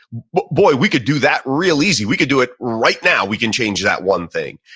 but boy, we could do that real easy. we could do it right now. we can change that one thing.